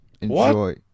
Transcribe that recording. Enjoy